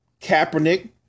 Kaepernick